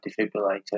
defibrillator